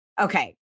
okay